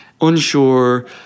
unsure